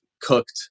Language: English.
cooked